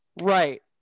Right